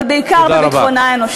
אבל בעיקר בביטחונה האנושי.